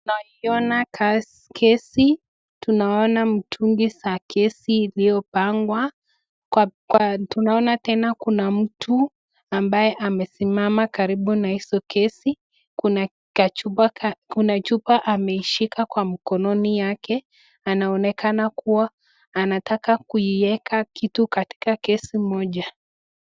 Naiona gesi, tunaona mtungi za gesi iliyopangwa, tunaona tena kuna mtu ambaye amesimama karibu na hizo gesi. Kuna chupa ameishika kwa mkonononi yake, anaonekana kuwa anataka kuieka kitu katika gesi moja.